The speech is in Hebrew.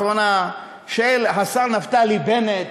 האחרונה של השר נפתלי בנט,